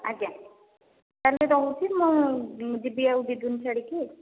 ଆଜ୍ଞା ତାହାଲେ ରହୁଛି ମୁଁ ଯିବି ଆଉ ଦୁଇ ଦିନ ଛାଡ଼ିକି